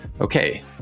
okay